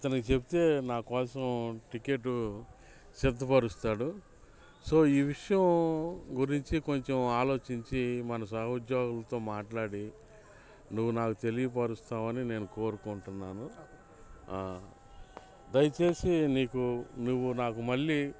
అతనికి చెప్తే నాకోసం టికెటు సిద్ద పరుస్తాడు సో ఈ విషయం గురించి కొంచం ఆలోచించి మన సహోద్యోగులతో మాట్లాడి నువ్వు నాకు తెలియపరుస్తావని నేను కోరుకుంటున్నాను దయచేసి నీకు నువ్వు నాకు మళ్ళీ